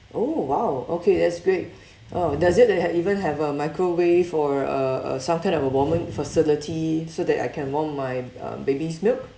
oh !wow! okay that's great oh does it h~ even have a microwave for uh a some kind of a warming facility so that I can warm my uh baby's milk